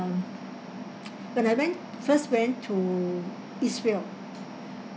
um when I went first went to israel